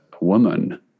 woman